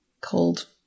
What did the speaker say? cold